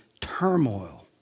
turmoil